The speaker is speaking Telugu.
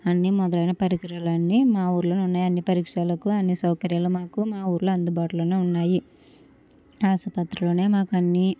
అన్ని మొదలైన పరికరాలన్ని మా ఊర్లోనే ఉన్నయి అన్ని పరీక్షలకు అన్ని సౌకర్యాలు మాకు మా ఊర్లో అందుబాటులోనే ఉన్నాయి ఆస్పత్రిలోనే మాకు అన్ని